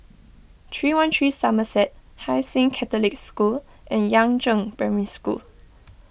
three one three Somerset Hai Sing Catholic School and Yangzheng Primary School